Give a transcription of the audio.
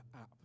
app